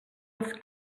als